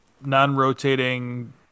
Non-rotating